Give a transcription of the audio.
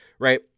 right